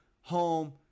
home